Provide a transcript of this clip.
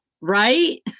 right